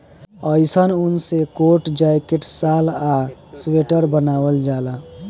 अइसन ऊन से कोट, जैकेट, शाल आ स्वेटर बनावल जाला